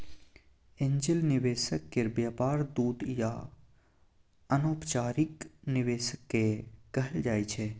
angel निवेशक केर व्यापार दूत या अनौपचारिक निवेशक कहल जाइ छै